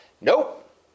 nope